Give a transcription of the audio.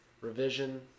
revision